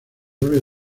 arabia